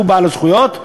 שהוא בעל הזכויות,